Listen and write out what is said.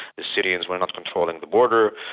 the syrians were not controlling the border.